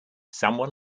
someone